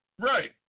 Right